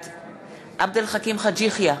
בעד עבד אל חכים חאג' יחיא,